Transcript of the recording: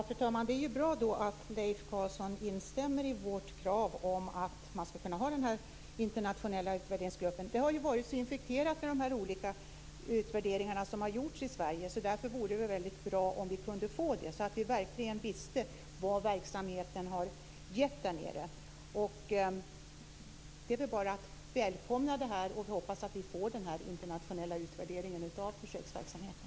Fru talman! Det är bra att Leif Carlson instämmer i vårt krav om att inrätta den internationella utvärderingsgruppen. Det har blivit en infekterad fråga med alla de utvärderingar som har gjorts i Sverige. Därför vore det bra med en utvärderingsgrupp, så att vi verkligen kan få veta vad verksamheten har givit. Det är väl bara att välkomna detta och hoppas att vi får den internationella utvärderingen av försöksverksamheten.